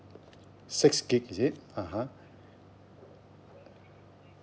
six gig is it (uh huh)